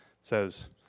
says